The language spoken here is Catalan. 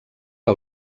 que